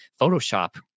photoshop